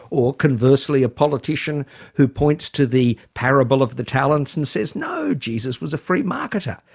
or conversely a politician who points to the parable of the talents and says, no jesus was a free marketer?